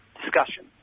discussion